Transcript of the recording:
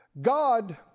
God